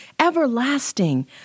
everlasting